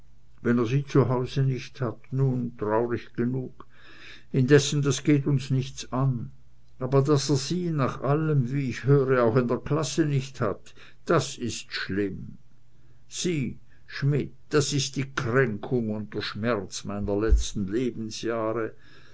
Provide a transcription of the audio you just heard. wenn er sie zu hause nicht hat nun traurig genug indessen das geht uns nichts an aber daß er sie nach allem was ich höre auch in der klasse nicht hat das ist schlimm sieh schmidt das ist die kränkung und der schmerz meiner letzten lebensjahre